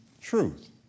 truth